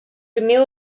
primer